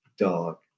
dog